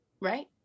right